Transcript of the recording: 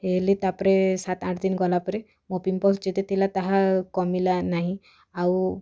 ହେଲି ତା'ପରେ ସାତ ଆଠ ଦିନ ଗଲାପରେ ମୋ ପିମ୍ପଲ୍ ଯେତେ ଥିଲା ତାହା କମିଲା ନାହିଁ ଆଉ